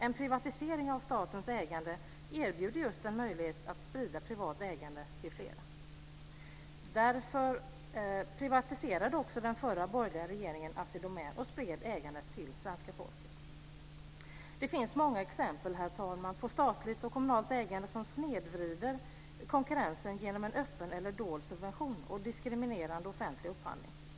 En privatisering av statens ägande erbjuder just en möjlighet att sprida privat ägande till flera. Därför privatiserade också den förra borgerliga regeringen Assi Domän och spred ägandet till svenska folket. Herr talman! Det finns många exempel på statligt och kommunalt ägande som snedvrider konkurrensen genom en öppen eller dold subvention och diskriminerande offentlig upphandling.